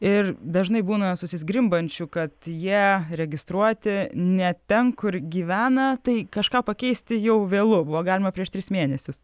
ir dažnai būna susizgrimbančių kad jie registruoti ne ten kur gyvena tai kažką pakeisti jau vėlu buvo galima prieš tris mėnesius